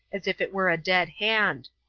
as if it were a dead hand.